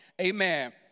Amen